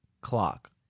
clock